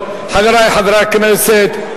חברי חברי הכנסת,